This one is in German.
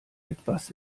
etwas